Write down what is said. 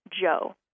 Joe